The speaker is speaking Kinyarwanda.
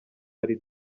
ari